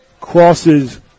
Crosses